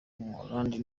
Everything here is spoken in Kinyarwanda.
w’umuholandi